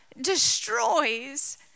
destroys